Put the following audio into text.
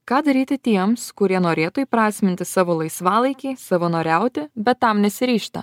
ką daryti tiems kurie norėtų įprasminti savo laisvalaikį savanoriauti bet tam nesiryžta